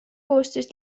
koostöös